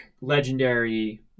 legendary